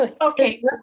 Okay